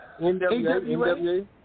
NWA